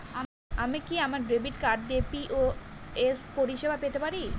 আমি কি আমার ডেবিট কার্ড দিয়ে পি.ও.এস পরিষেবা পেতে পারি?